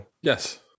yes